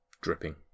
dripping